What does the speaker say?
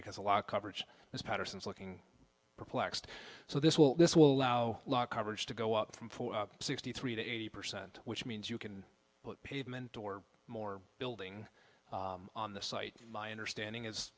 because a lot of coverage is paterson's looking perplexed so this will this will allow law coverage to go up from sixty three to eighty percent which means you can put pavement or more building on the site my understanding is